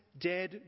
dead